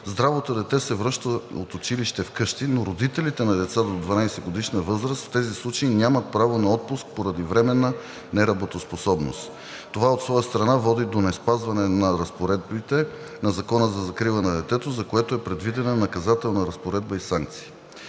здравото дете се връща от училище вкъщи, но родителите на деца до 12-годишна възраст в тези случаи нямат право на отпуск поради временна неработоспособност. Това от своя страна води до неспазване на разпоредбите на Закона за закрила на детето, за което е предвидена наказателна разпоредба и санкции.